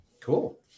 Cool